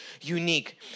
unique